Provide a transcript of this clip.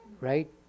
right